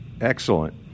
Excellent